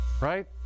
Right